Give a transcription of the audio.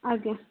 ଆଜ୍ଞା